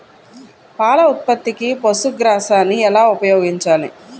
పాల ఉత్పత్తికి పశుగ్రాసాన్ని ఎలా ఉపయోగించాలి?